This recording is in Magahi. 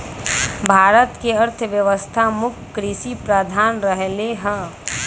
भारत के अर्थव्यवस्था मुख्य कृषि प्रधान रहलै ह